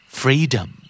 freedom